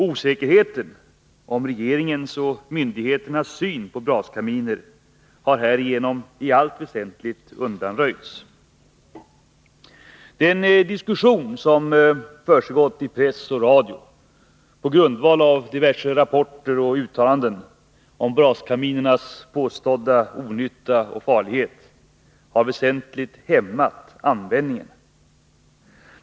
Osäkerheten om regeringens och myndigheternas syn på braskaminer har härigenom i allt väsentligt undanröjts. Den diskussion som har försiggått i press och radio på grundval av diverse rapporter och uttalanden om braskaminernas påstådda onytta och farlighet har väsentligt hämmat användningen.